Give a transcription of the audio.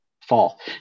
fall